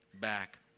back